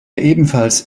ebenfalls